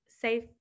safe